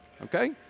Okay